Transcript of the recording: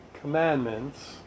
commandments